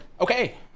Okay